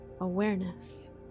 awareness